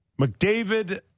McDavid